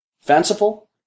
Fanciful